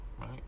Right